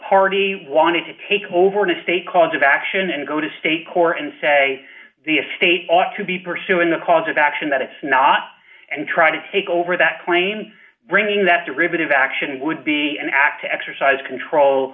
party wanted to take over the state cause of action and go to state court and say the a state ought to be pursuing the cause of action that it's not and try to take over that claim bringing that to rid of action would be an act to exercise control